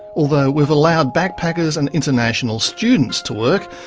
although we've allowed backpackers and international students to work,